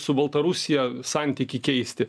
su baltarusija santykį keisti